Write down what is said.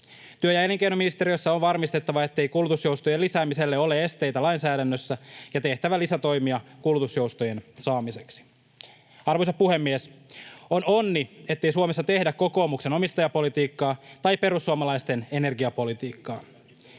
Työ- ja elinkeinoministeriössä on varmistettava, ettei kulutusjoustojen lisäämiselle ole esteitä lainsäädännössä, ja tehtävä lisätoimia kulutusjoustojen saamiseksi. Arvoisa puhemies! On onni, ettei Suomessa tehdä kokoomuksen omistajapolitiikkaa tai perussuomalaisten energiapolitiikkaa.